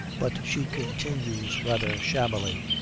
but she continues rather shabbily,